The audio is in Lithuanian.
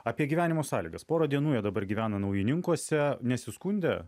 apie gyvenimo sąlygas porą dienų jie dabar gyvena naujininkuose nesiskundė